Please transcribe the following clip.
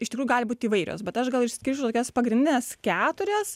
iš tikrųjų gali būt įvairios bet aš gal išskirčiau tokias pagrindines keturias